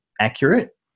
accurate